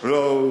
לא,